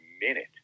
minute